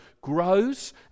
grows